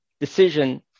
decision